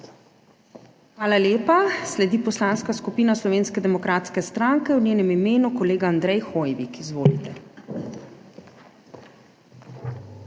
Hvala lepa. Sledi Poslanska skupina Slovenske demokratske stranke, v njenem imenu kolega Andrej Hoivik. Izvolite.